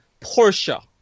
Porsche